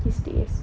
these days